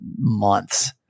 months